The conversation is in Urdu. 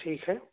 ٹھیک ہے